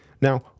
Now